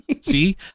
See